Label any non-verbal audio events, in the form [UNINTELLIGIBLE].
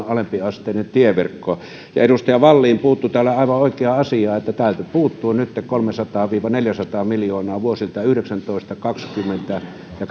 [UNINTELLIGIBLE] alempiasteinen tieverkko ja edustaja wallin puuttui täällä aivan oikeaan asiaan että täältä puuttuu nytten kolmesataa viiva neljäsataa miljoonaa vuosilta yhdeksäntoista kaksikymmentä ja [UNINTELLIGIBLE]